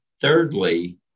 thirdly